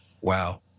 Wow